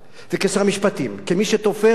כמי שתופר בין שני העולמות האלה,